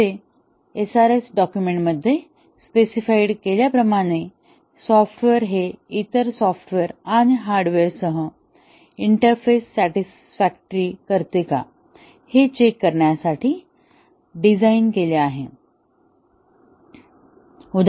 येथे SRS डॉकुमेंटमध्ये specified केल्याप्रमाणे सॉफ्टवेअर हे इतर सॉफ्टवेअर आणि हार्डवेअरसह इंटरफेस सॅटीस्फाकटोरीली करते का हे चेक करण्यासाठी साठी डिझाइन केले आहे